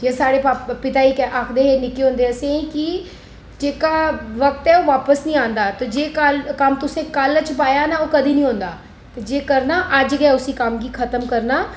जियां साढ़े पा पिता जी आखदे हे निक्के होंदे असेंगी कि जेह्का वक्त ऐ ओह् बापस नेईं आंदा ते कल कम्म तुसें कल च पाया ओह् कदें नेईं औंदा जे करना अज्ज गै उसी कम्म गी खतम करना